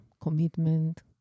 commitment